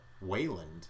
Wayland